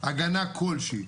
הגנה כלשהי.